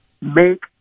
make